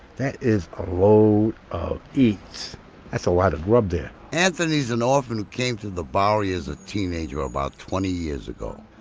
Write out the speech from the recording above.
that is a load of eats that's a lot of grub there. anthony's an orphan who came to the bowery as a teenager about twenty years ago.